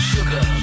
Sugar